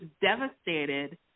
devastated